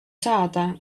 saada